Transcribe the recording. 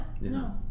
no